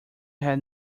had